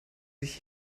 sich